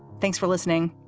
thanks for listening.